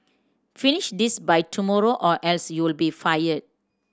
finish this by tomorrow or else you'll be fired